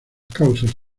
causas